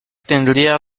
tendría